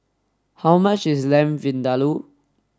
how much is Lamb Vindaloo